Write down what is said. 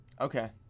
Okay